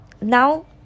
now